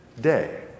day